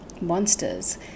monsters